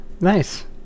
Nice